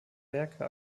werke